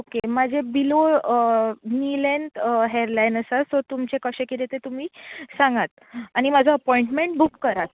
okay म्हजे बीलो नी लँत हॅर लायन आसा सो तुमचे कशें कितें तें तुमी सांगात आनी म्हजो अपोयंटमेंट बूक करात